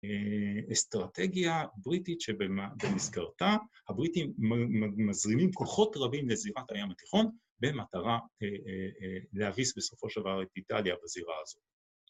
‫אסטרטגיה בריטית שבמסגרתה ‫הבריטים מזרימים כוחות רבים ‫לזירת הים התיכון במטרה להביס ‫בסופו של דבר את איטליה בזירה הזו.